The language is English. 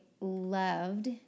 loved